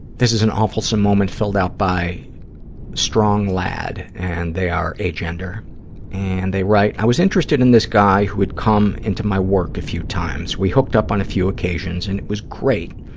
this is an awfulsome moment filled out by strong lad, and they are agender, and they write, i was interested in this guy who had come into my work a few times. we hooked up on a few occasions and it was great.